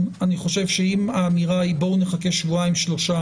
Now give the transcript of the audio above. ואני חושב שאם האמירה היא בואו נחכה שבועיים-שלושה,